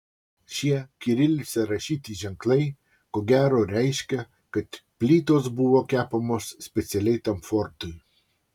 šie kirilica rašyti ženklai ko gero reiškia kad plytos buvo kepamos specialiai tam fortui